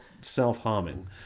self-harming